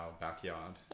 backyard